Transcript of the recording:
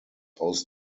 aus